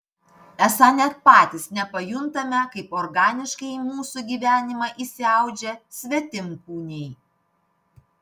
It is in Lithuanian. esą net patys nepajuntame kaip organiškai į mūsų gyvenimą įsiaudžia svetimkūniai